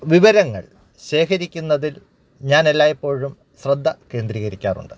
വിവരങ്ങൾ ശേഖരിക്കുന്നതിൽ ഞാൻ എല്ലായ്പ്പോഴും ശ്രദ്ധ കേന്ദ്രീകരിക്കാറുണ്ട്